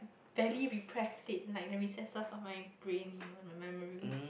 barely repressed state like the recesses of my brain you know my memory